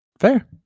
Fair